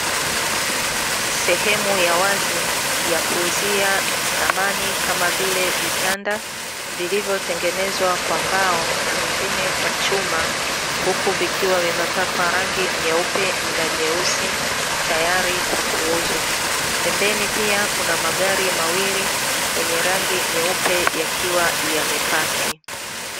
Sehemu ya wazi ya kuuzia samani kama vile vitanda vilivyotengenezwa kwa mbao na vingine kwa chuma, huku vikiwa vimepakwa rangi nyeupe na nyeusi tayari kwa kuuzwa. Pembeni pia kuna magari mawili yenye rangi nyeupe yakiwa yamepaki.